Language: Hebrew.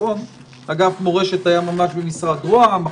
אגף מורשת היה במשרד ראש הממשלה,